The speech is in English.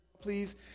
please